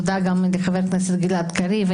תודה גם לחבר הכנסת גלעד קריב.